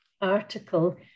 article